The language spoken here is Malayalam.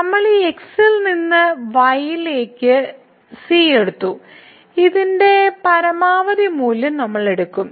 നമ്മൾ ഈ x ൽ നിന്ന് y ലേക്ക് c എടുത്തു ഇതിന്റെ പരമാവധി മൂല്യം നമ്മൾ എടുക്കും